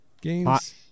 games